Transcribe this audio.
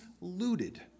looted